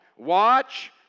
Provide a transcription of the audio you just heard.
Watch